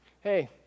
hey